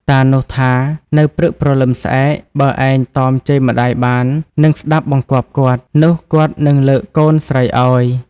តានោះថា នៅព្រឹកព្រលឹមស្អែក បើឯងតមជេរម្តាយបាននិងស្ដាប់បង្គាប់គាត់ នោះគាត់នឹងលើកកូនស្រីឱ្យ។